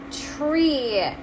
tree